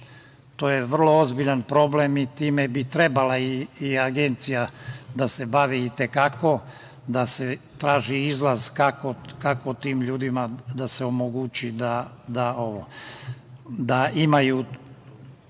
To je vrlo ozbiljan problem i time bi trebala i Agencija da se bavi i te kako, da se traži izlaz kako tim ljudima da se omogući da imaju